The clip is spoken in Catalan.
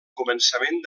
començament